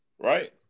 Right